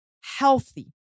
healthy